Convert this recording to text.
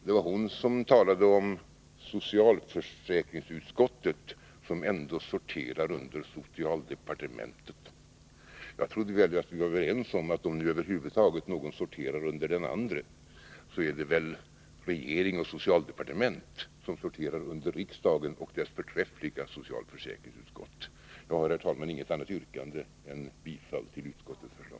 Det var hon som talade om ”socialförsäkringsutskottet som ändå sorterar under socialdepartementet”. Jag trodde annars att vi var överens om att om över huvud taget någon sorterar under någon annan är det väl regering och socialdepartement som sorterar under riksdagen och dess förträffliga socialförsäkringsutskott. Jag har, herr talman, inget annat yrkande än bifall till utskottets hemställan.